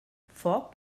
foc